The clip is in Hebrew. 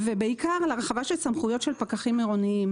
ובעיקר על הרחבה של סמכויות של פקחים עירוניים